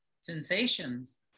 sensations